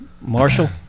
Marshall